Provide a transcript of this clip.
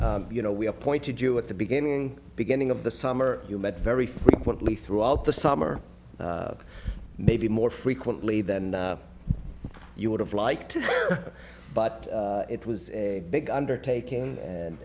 saying you know we appointed you at the beginning beginning of the summer you met very frequently throughout the summer maybe more frequently than you would have liked but it was a big undertaking and